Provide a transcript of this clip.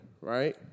right